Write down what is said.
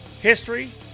history